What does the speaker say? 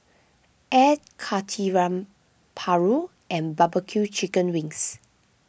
Air Karthira Paru and Barbecue Chicken Wings